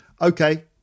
Okay